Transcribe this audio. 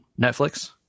Netflix